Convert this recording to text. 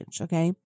okay